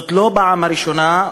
זאת לא הפעם הראשונה,